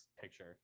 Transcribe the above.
picture